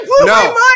no